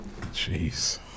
jeez